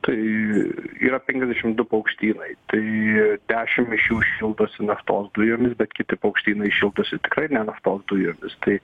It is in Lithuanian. tai yra penkiasdešim du paukštynai tai dešimt iš jų šildosi naftos dujomis bet kiti paukštynai šildosi tikrai nenaftos dujom tai